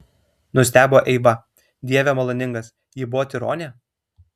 nustebo eiva dieve maloningas ji buvo tironė